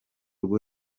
rwo